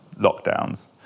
lockdowns